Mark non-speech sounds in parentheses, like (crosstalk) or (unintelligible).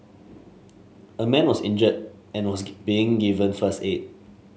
a man was injured and was (unintelligible) being given first aid